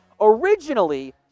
Originally